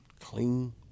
clean